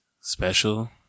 special